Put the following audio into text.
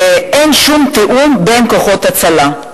אין שום תיאום בין כוחות ההצלה.